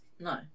No